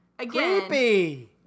Creepy